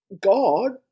God